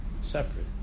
separate